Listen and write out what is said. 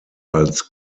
als